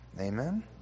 Amen